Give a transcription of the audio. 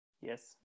Yes